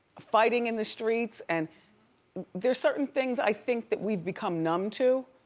fighting in the streets, and there's certain things i think that we've become numb to.